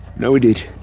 noted.